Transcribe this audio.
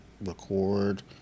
record